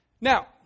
Now